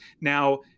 Now